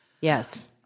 Yes